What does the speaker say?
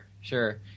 Sure